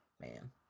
Man